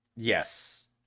Yes